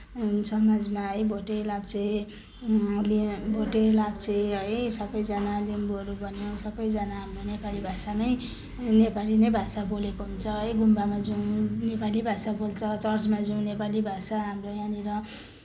समाजमा है भोटे लाप्चेले भोटे लाप्चे है सबैजना लिम्बुहरू पनि सबैजना अब हाम्रो नेपाली भाषामै नेपाली नै भाषा बोलेको हुन्छ है गुम्बामा जाउँ नेपाली भाषा बोल्छ चर्चमा जाउँ नेपाली भाषा हाम्रो यहाँनिर